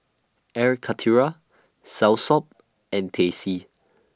Air Karthira Soursop and Teh C